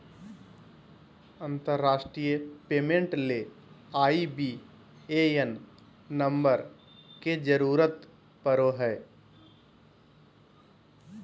अंतरराष्ट्रीय पेमेंट ले IBAN number के जरूरत पड़ो हय